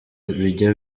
bijya